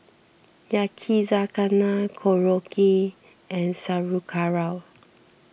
Yakizakana Korokke and Sauerkraut